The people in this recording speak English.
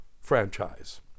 franchise